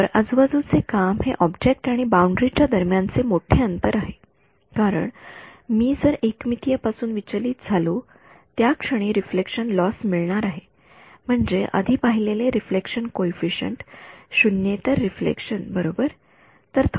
तर आजूबाजूचे काम हे ऑब्जेक्ट आणि बाउंडरी च्या दरम्यानचे मोठे अंतर आहे कारण मी जरमी एक मितीय पासून विचलित झालो त्या क्षणी रिफ्लेक्शन लॉस मिळणार आहे म्हणजे आधी पाहिलेले रिफ्लेक्शन कॉइफिसिएंट शून्येतर रिफ्लेक्शन बरोबर